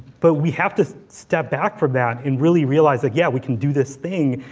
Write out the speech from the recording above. but we have to step back from that and really realize, that yeah, we can do this thing,